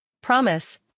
Promise